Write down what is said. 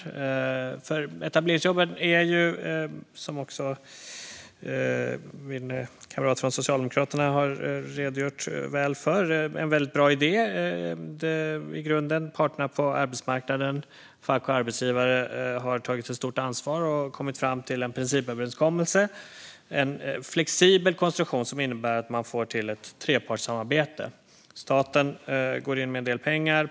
Etableringsjobben är i grunden en väldigt bra idé, som också min kamrat från Socialdemokraterna redogjort väl för. Parterna på arbetsmarknaden, fack och arbetsgivare, har tagit ett stort ansvar och kommit fram till en principöverenskommelse, en flexibel konstruktion som innebär att man får till ett trepartssamarbete. Staten går in med en del pengar.